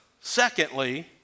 secondly